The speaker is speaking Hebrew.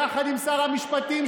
יחד עם שר המשפטים,